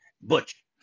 butch